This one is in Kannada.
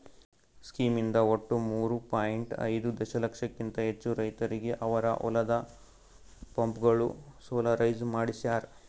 ಸ್ಕೀಮ್ ಇಂದ ಒಟ್ಟು ಮೂರೂ ಪಾಯಿಂಟ್ ಐದೂ ದಶಲಕ್ಷಕಿಂತ ಹೆಚ್ಚು ರೈತರಿಗೆ ಅವರ ಹೊಲದ ಪಂಪ್ಗಳು ಸೋಲಾರೈಸ್ ಮಾಡಿಸ್ಯಾರ್